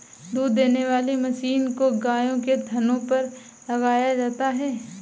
दूध देने वाली मशीन को गायों के थनों पर लगाया जाता है